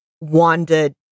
Wanda